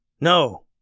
No